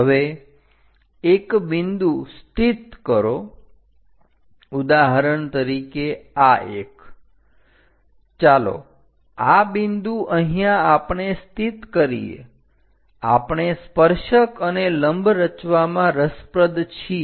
હવે એક બિંદુ સ્થિત કરો ઉદાહરણ તરીકે આ એક ચાલો આ બિંદુ અહીંયા આપણે સ્થિત કરીએ આપણે સ્પર્શક અને લંબ રચવામાં રસપ્રદ છીએ